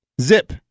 Zip